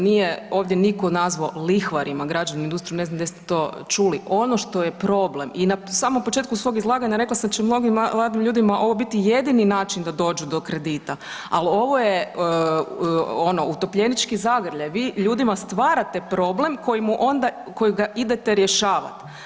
Nije ovdje nitko nazvao lihvarima građevnu industriju, ne znam gdje ste to čuli, ono što je problem i na samom početku svog izlaganja rekla sam da će mnogim mladim ljudima ovo biti jedini način da dođu do kredita ali ovo je ono utopljenički zagrljaj, vi ljudima stvarate problem kojega idete rješavati.